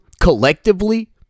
collectively